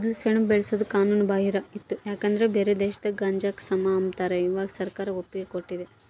ಮೊದ್ಲು ಸೆಣಬು ಬೆಳ್ಸೋದು ಕಾನೂನು ಬಾಹಿರ ಇತ್ತು ಯಾಕಂದ್ರ ಬ್ಯಾರೆ ದೇಶದಾಗ ಗಾಂಜಾಕ ಸಮ ಅಂಬತಾರ, ಇವಾಗ ಸರ್ಕಾರ ಒಪ್ಪಿಗೆ ಕೊಟ್ಟತೆ